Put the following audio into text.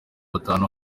batanu